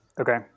Okay